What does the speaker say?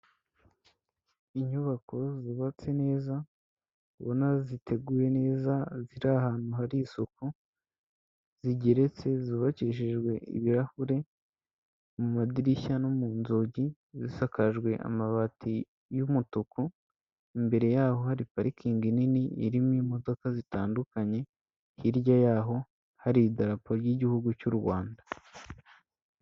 Inyubako zubatse neza ubona ziteguye neza, ziri ahantu hari isuku zigeretse, zubakishijwe ibirahure mu madirishya no mu nzugi, zisakajwe amabati y'umutuku imbere yaho hari parikingi nini irimo imodoka zitandukanye, hirya yaho hari idarapo ry'igihugu cy'u Rwanda.